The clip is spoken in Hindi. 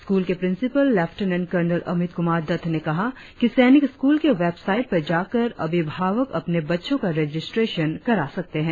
स्कूल के principal lieutenant colonel Amit Kumar Dutt ने कहा कि सैनिक स्कूल के वेबसाईट पर जाकर अभिभावक अपने बच्चों का रजिस्ट्रेशन कर सकते हैं